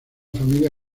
familia